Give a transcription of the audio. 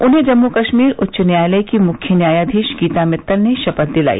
उन्हें जम्मू कश्मीर उच्च न्यायालय की मुख्य न्यायाधीश गीता मित्तल ने शपथ दिलाई